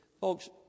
Folks